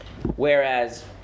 Whereas